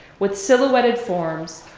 with silhouetted forms,